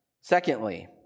Secondly